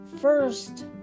First